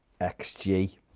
xg